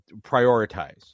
prioritize